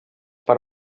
per